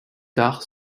tard